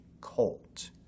colt